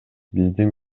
биздин